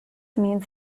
means